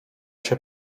się